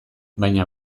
baina